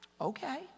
okay